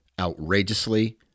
outrageously